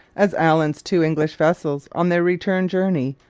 as allen's two english vessels, on their return journey,